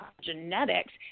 genetics